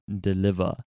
deliver